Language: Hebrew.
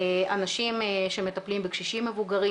אנשים שמטפלים בקשישים מבוגרים,